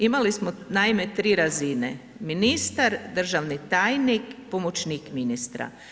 Imali smo naime tri razine, ministar, državni tajnik, pomoćnik ministra.